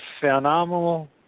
phenomenal